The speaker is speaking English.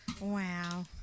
Wow